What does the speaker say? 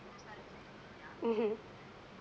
mmhmm